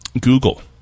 google